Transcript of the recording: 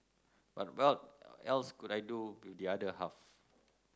but what else could I do with the other half